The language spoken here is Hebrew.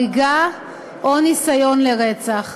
הריגה או ניסיון לרצח,